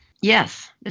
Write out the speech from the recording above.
Yes